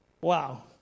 Wow